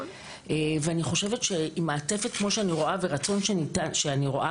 ואני חושבת שעם מעטפת כמו שאני רואה ורצון שאני רואה